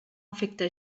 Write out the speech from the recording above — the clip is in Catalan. afecta